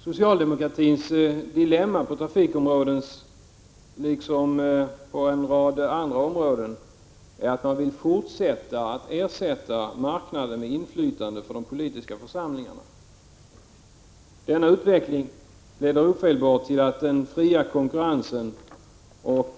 Socialdemokratins dilemma på trafikområdet, liksom på en rad andra områden, är att de vill fortsätta att ersätta marknaden med inflytande från de politiska församlingarna. Denna utveckling leder ofelbart till att den fria konkurrensen och